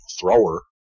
thrower